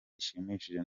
ishimishije